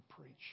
preach